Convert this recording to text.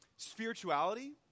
spirituality